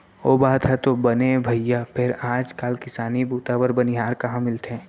ओ बात ह तो बने हे भइया फेर आज काल किसानी बूता बर बनिहार कहॉं मिलथे?